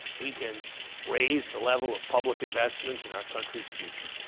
we can raise the level of public investment in our country's future.